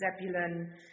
Zebulun